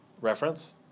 Reference